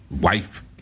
wife